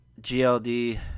GLD